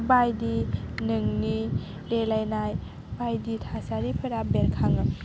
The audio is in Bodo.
बायदि नोंनि देलायनाय बायदि थासारिफोरा बेरखाङो